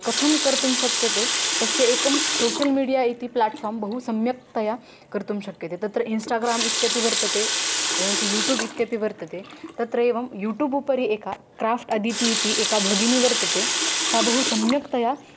कथं कर्तुं शक्यते तस्य एकं सोशल् मीडिया इति प्लाट्फ़ाम् बहु सम्यक्तया कर्तुं शक्यते तत्र इन्स्टाग्राम् इत्यपि वर्तते एवं च यूटूब् इत्यपि वर्तते तत्र एवं यूटूब् उपरि एका क्राफ़्ट् अदितिः इति एका भगिनी वर्तते सा बहु सम्यक्तया